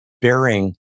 bearing